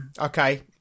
Okay